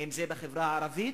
אם זה בחברה הערבית,